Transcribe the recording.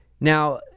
now